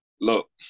look